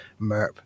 merp